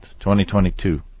2022